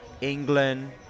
England